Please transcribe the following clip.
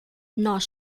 nós